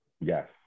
Yes